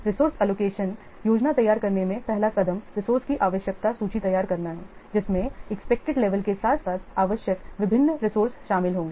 resource allocation योजना तैयार करने में पहला कदम रिसोर्से की आवश्यकता सूची तैयार करना है जिसमें एक्सपेक्टेड लेवल के साथ साथ आवश्यक विभिन्न रिसोर्से शामिल होंगे